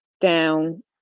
down